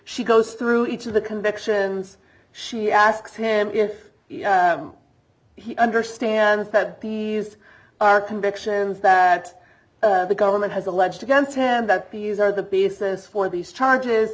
she goes through each of the convictions she asks him if he understands that the are convictions that the government has alleged against him that the user the basis for these charges